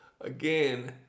again